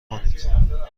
کنید